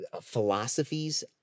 philosophies